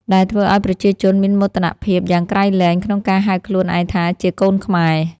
ដែលធ្វើឱ្យប្រជាជនមានមោទនភាពយ៉ាងក្រៃលែងក្នុងការហៅខ្លួនឯងថាជា កូនខ្មែរ។